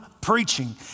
preaching